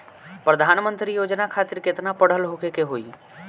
प्रधानमंत्री योजना खातिर केतना पढ़ल होखे के होई?